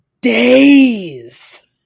days